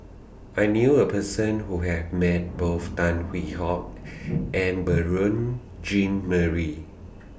I knew A Person Who has Met Both Tan Hwee Hock and Beurel Jean Marie